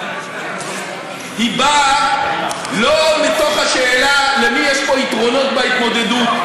היא באה לא מתוך השאלה למי יש פה יתרונות בהתמודדות,